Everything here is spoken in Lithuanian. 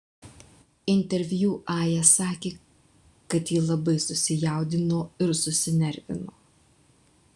interviu aja sakė kad ji labai susijaudino ir susinervino